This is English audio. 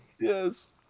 Yes